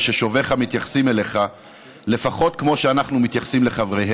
וששוביך מתייחסים אליך לפחות כמו שאנחנו מתייחסים לחבריהם.